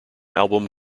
album